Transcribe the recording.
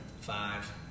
five